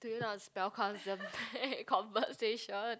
do you know how to spell conse~ conversation